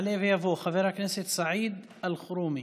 יעלה ויבוא חבר הכנסת סעיד אלחרומי.